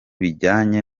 bijyanye